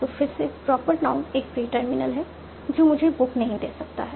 तो फिर से प्रॉपर नाउन एक प्री टर्मिनल है जो मुझे बुक नहीं दे सकता है